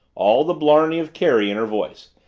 all the blarney of kerry in her voice.